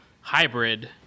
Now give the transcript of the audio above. hybrid